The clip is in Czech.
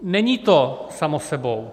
Není to samo sebou.